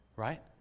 Right